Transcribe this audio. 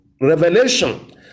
revelation